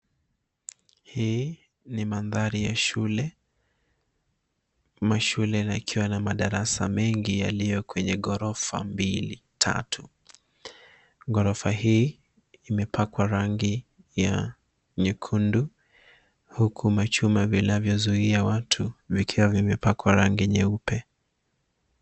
Hii ni mandhari ya shule ama shule likiwa na madarasa mengi yaliyo kwenye ghorofa mbili tatu. Ghorofa hii imepakwa rangi ya nyekundu huku machuma vinavyozuia watu vikiwa vimepakwa rangi nyeupe.